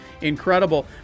Incredible